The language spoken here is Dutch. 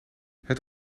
het